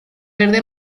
verde